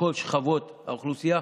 בכל שכבות האוכלוסייה,